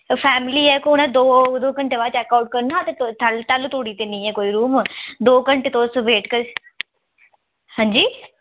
family ऐ इक उनें दो घैंटे बाद चेेकआउट करना ते तालु धोड़ी ते नी ऐ कोई रूम दो घैंटे तुस वेट करी हां जी